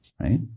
right